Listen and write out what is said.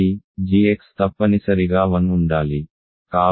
కాబట్టి gx తప్పనిసరిగా 1 ఉండాలి